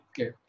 okay